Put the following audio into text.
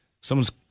someone's